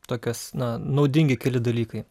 tokios na naudingi keli dalykai